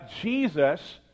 Jesus